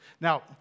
Now